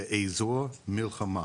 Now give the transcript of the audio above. באזור מלחמה,